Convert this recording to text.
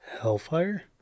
hellfire